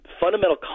fundamental